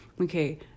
okay